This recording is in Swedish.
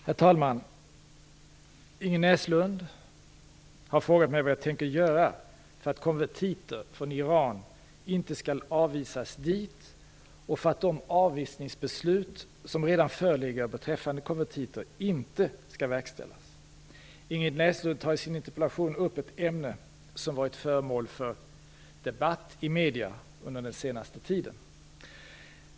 Herr talman! Ingrid Näslund har frågat mig vad jag tänker göra för att konvertiter från Iran inte skall avvisas dit och för att de avvisningsbeslut som redan föreligger beträffande konvertiter inte skall verkställas. Ingrid Näslund tar i sin interpellation upp ett ämne som varit föremål för debatt i medierna under den senaste tiden.